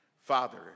Father